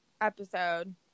episode